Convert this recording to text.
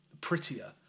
prettier